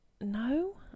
No